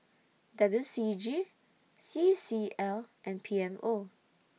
W C G C C L and P M O